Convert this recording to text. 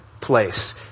place